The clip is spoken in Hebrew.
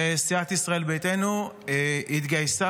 סיעת ישראל ביתנו התגייסה,